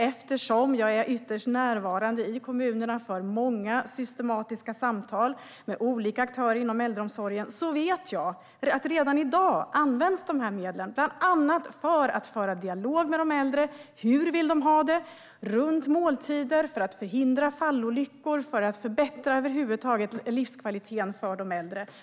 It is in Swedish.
Eftersom jag är ytterst närvarande i kommunerna och för många systematiska samtal med olika aktörer inom äldreomsorgen vet jag att de här medlen redan i dag används bland annat för att föra dialog med de äldre om hur de vill ha det runt måltider, om vad man kan göra för att förhindra fallolyckor och om hur man kan förbättra livskvaliteten över huvud taget för de äldre.